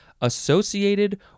associated